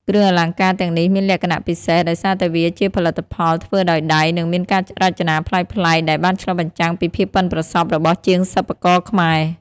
គ្រឿងអលង្ការទាំងនេះមានលក្ខណៈពិសេសដោយសារតែវាជាផលិតផលធ្វើដោយដៃ និងមានការរចនាប្លែកៗ ដែលបានឆ្លុះបញ្ចាំងពីភាពប៉ិនប្រសប់របស់ជាងសិប្បករខ្មែរ។